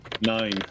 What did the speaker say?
Nine